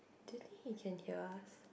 do you think he can hear us